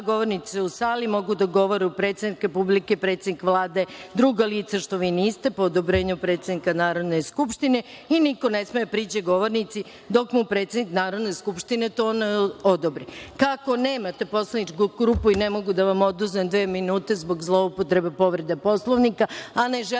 govornice u sali mogu da govore predsednik Republike, predsednik Vlade, druga lica, što vi niste, po odobrenju predsednika Narodne skupštine i niko ne sme da priđe govornici dok mu predsednik Narodne skupštine to ne odobri. Kako nemate poslaničku grupu i ne mogu da vam oduzmem dve minute zbog zloupotrebe Poslovnika, a ne želim